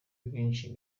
ibyinshi